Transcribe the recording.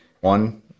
one